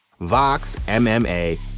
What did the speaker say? VOXMMA